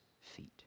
feet